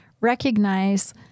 recognize